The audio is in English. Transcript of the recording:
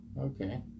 okay